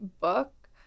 book